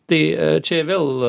tai čia vėl